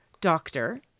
doctor